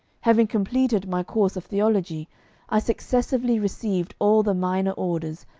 having completed my course of theology i successively received all the minor orders,